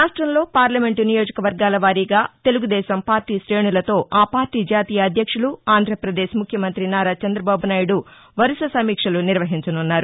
రాష్టంలో పార్లమెంటు నియోజకవర్గాల వారీగా తెలుగుదేశం పార్టీ క్రేణులతో ఆ పార్టీ జాతీయ అధ్యక్షులు ఆంధ్రాపదేశ్ ముఖ్యమంతి నారా చంద్రబాబునాయుడు వరుస సమీక్షలు నిర్వహించనున్నారు